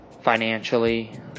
financially